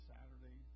Saturday